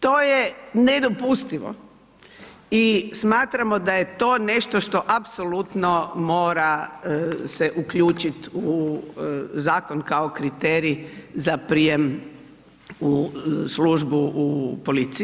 To je nedopustivo i smatramo da je to nešto što apsolutno mora se uključiti u zakon kao kriterij za prijem u službu u policiji.